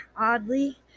oddly